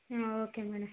okay madam